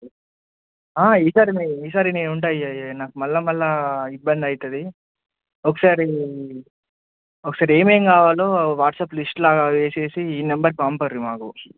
ఈసారి ఈసారి నేను ఉంటాను ఇక నాకు మళ్ళీ మళ్ళీ ఇబ్బంది అవుతుంది ఒకసారి ఒకసారి ఏమేమి కావాలో వాట్సాప్ లిస్ట్లాగా వేసి ఈ నెంబర్ పంపురి మాకు